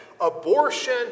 Abortion